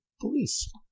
police